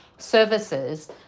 services